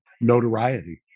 notoriety